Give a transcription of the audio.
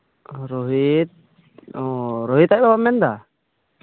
ᱨᱳᱦᱤᱛᱹ ᱚᱼᱚ ᱨᱳᱦᱤᱛ ᱟᱡ ᱵᱟᱵᱟᱧ ᱢᱮᱱ ᱮᱫᱟ